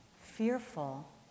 fearful